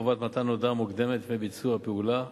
חובת מתן הודעה מוקדמת לפני ביצוע פעולה)